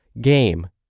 game